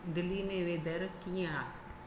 दिल्ली में वेदर कीअं आहे